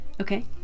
Okay